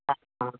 ஆ ஆ